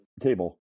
table